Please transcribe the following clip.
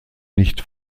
nicht